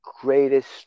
greatest